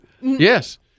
yes